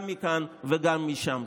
גם מכאן וגם משם.